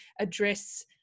address